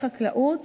משרד החקלאות